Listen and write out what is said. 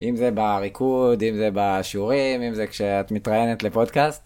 אם זה בריקוד, אם זה בשיעורים, אם זה כשאת מתראיינת לפודקאסט.